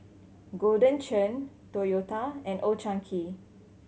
Golden Churn Toyota and Old Chang Kee